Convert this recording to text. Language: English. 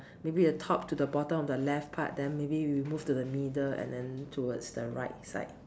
maybe the top to the bottom of the left part then maybe we move to the middle and then towards the right side